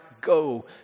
go